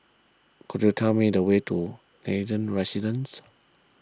could you tell me the way to Nathan Residences